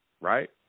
right